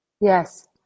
Yes